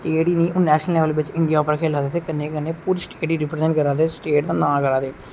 state गी नेई ओह् नेशनल लेबल बिच इंडिया उप्पर खेला दे ते कन्नै पूरी स्टेट गी रीप्रजेंट करा दे उस स्टेट दा नां करा दे